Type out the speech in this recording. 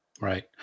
Right